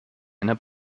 einer